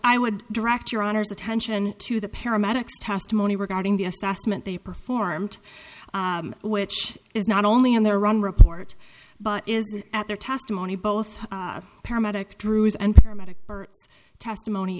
i would direct your honor's attention to the paramedics testimony regarding the assessment they performed which is not only on their own report but is at their testimony both paramedic drew's and paramedic testimony